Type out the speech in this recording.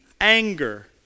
anger